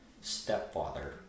stepfather